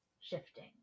shifting